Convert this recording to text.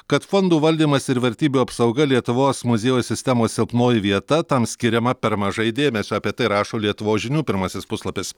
kad fondų valdymas ir vertybių apsauga lietuvos muziejų sistemos silpnoji vieta tam skiriama per mažai dėmesio apie tai rašo lietuvos žinių pirmasis puslapis